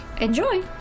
Enjoy